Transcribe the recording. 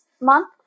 month